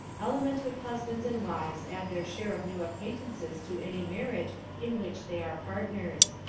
alimentive husbands and wives add their share of new acquaintances to any marriage in which they are partners.